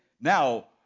Now